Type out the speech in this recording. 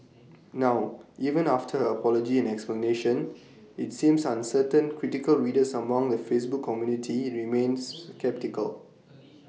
now even after her apology and explanation IT seems uncertain critical readers among the Facebook community remains sceptical